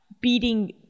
beating